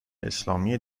اسلامی